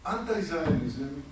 Anti-Zionism